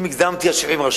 אם הגזמתי, אז 70 רשויות.